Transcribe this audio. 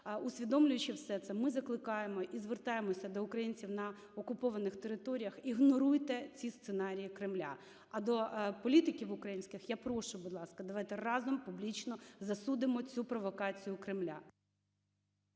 усвідомлюючи все це, ми закликаємо і звертаємося до українців на окупованих територіях – ігноруйте ці сценарії Кремля. А до політиків українських – я прошу, будь ласка, давайте разом публічно засудимо цю провокацію Кремля.